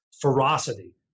ferocity